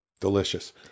Delicious